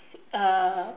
uh